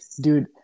dude